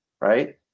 right